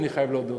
אני חייב להודות,